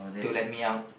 to let me out